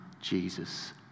Jesus